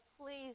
please